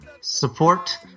support